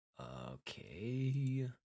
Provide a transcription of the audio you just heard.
Okay